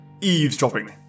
eavesdropping